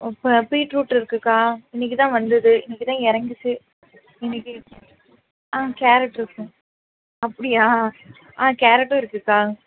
இப்போ பீட்ரூட் இருக்குதுக்கா இன்னைக்குதான் வந்தது இன்னைக்குதான் இறங்குச்சி இன்னைக்கு ஆ கேரட் இருக்குதுங்க அப்படியா ஆ கேரட்டும் இருக்குக்கா